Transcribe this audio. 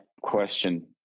question